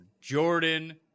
Jordan